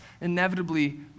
inevitably